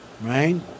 Right